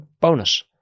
Bonus